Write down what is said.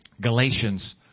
Galatians